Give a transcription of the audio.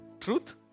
Truth